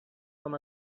com